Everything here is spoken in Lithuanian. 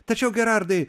tačiau gerardai